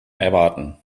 erwarten